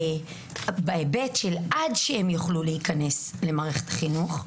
בהיבט של שעד שהם יוכלו להיכנס למערכת החינוך,